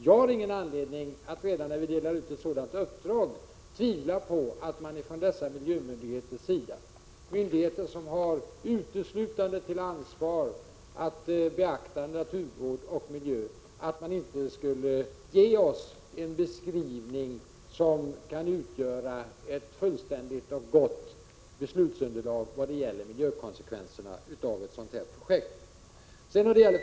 Jag har ingen anledning att redan när vi delar ut uppdraget tvivla på att man från dessa myndigheters sida — myndigheter som uteslutande har till ansvar att beakta naturvård och miljö — inte skulle ge oss en beskrivning som kan utgöra ett fullständigt och gott beslutsunderlag vad gäller miljökonsekvenserna av ett sådant här projekt.